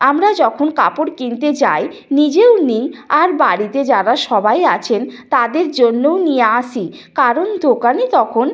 আমরা যখন কাপড় কিনতে যাই নিজেও নিই আর বাড়িতে যারা সবাই আছেন তাদের জন্যও নিয়ে আসি কারণ দোকানে তখন